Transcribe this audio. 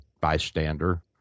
bystander